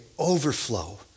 overflow